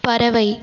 பறவை